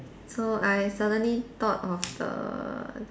so I suddenly thought of the